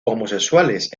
homosexuales